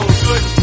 good